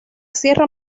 sierra